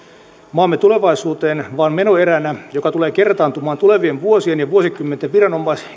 maamme tulevaisuuteen vaan menoeränä joka tulee kertaantumaan tulevien vuosien ja vuosikymmenten viranomais